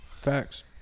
Facts